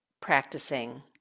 practicing